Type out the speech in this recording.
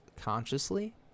consciously